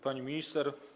Pani Minister!